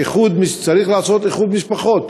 צריך לעשות איחוד משפחות,